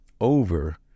over